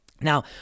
Now